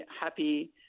happy